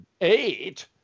eight